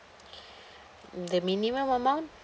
the minimum amount